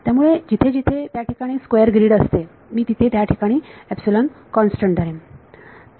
त्यामुळे जिथे जिथे त्याठिकाणी स्क्वेअर ग्रीड असते मी तिथे त्या ठिकाणी एपसिलोन कॉन्स्टंट असतो